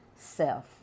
self